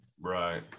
Right